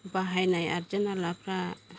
बाहायनाय आइजें आइलाफ्रा